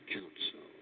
Council